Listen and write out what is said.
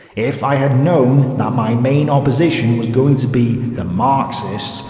if i had known that my main opposition was going to be the marxists,